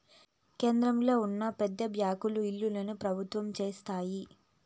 కేంద్రంలో ఉన్న పెద్ద బ్యాంకుల ఇలువను ప్రభావితం చేస్తాయి